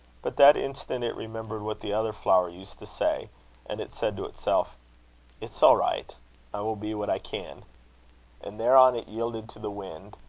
but that instant it remembered what the other flower used to say and it said to itself it's all right i will be what i can and thereon it yielded to the wind,